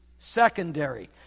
secondary